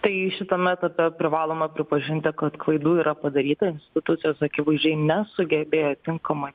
tai šitame etape privaloma pripažinti kad klaidų yra padaryta institucijos akivaizdžiai nesugebėjo tinkamai